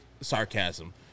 sarcasm